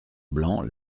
blanc